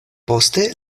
poste